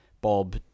bob